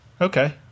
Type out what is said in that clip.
Okay